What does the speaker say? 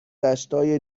دشتای